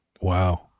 Wow